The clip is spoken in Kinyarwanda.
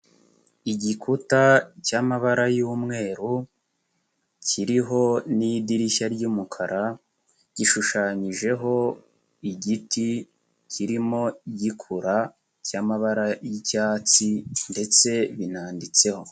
Igikuta cyamabara y'umweru, kiriho n'idirishya ry'umukara, gishushanyijeho igiti kirimo gikura cy'amabara y'icyatsi ndetse binanditseho.